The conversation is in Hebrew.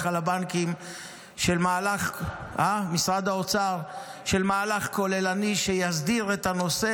על הבנקים ומשרד האוצר על מהלך כוללני שיסדיר את הנושא,